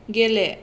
गेले